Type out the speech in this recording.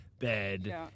bed